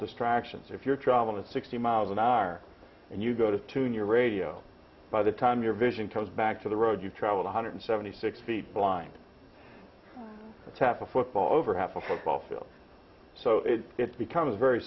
distractions if you're traveling at sixty miles an hour and you go to tune your radio by the time your vision comes back to the road you travel one hundred seventy six feet blind tap a football over half a football field so it becomes very